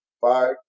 five